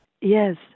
Yes